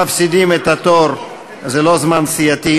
מפסידים את התור, זה לא זמן סיעתי.